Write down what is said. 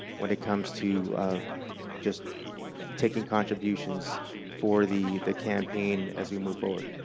when it comes to just taking contributions for the the campaign as we move forward.